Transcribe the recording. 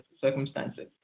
circumstances